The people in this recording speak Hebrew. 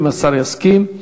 אם השר יסכים.